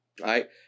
right